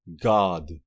God